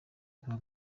kuwa